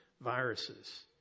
viruses